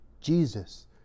Jesus